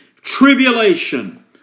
tribulation